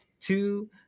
two